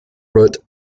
wrote